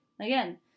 Again